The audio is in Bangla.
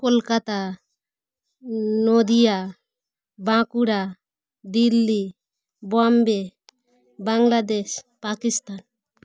কলকাতা নদীয়া বাঁকুড়া দিল্লি বোম্বে বাংলাদেশ পাকিস্তান